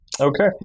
okay